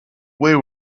were